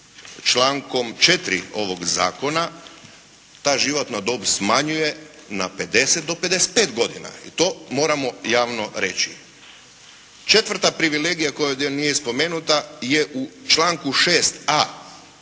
člankom 4. ovog zakona ta životna dob smanjuje na 50 do 55 godina i to moramo javno reći. Četvrta privilegija koja ovdje nije spomenuta je u članku 6.a